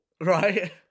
Right